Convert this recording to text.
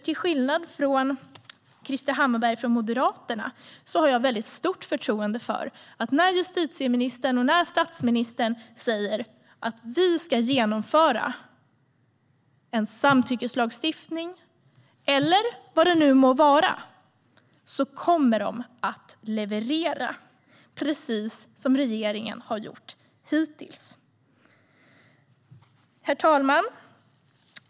Till skillnad från Krister Hammarbergh har jag nämligen väldigt stor tilltro till att när justitieministern och statsministern säger att de ska genomföra en samtyckeslagstiftning, eller vad det nu må vara, kommer de att leverera - precis som regeringen har gjort hittills. Herr talman!